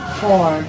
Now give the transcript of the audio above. four